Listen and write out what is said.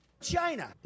China